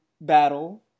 battle